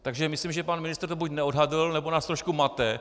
Takže myslím, že pan ministr to buď neodhadl, nebo nás trošku mate.